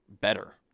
better